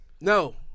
No